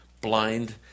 blind